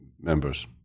members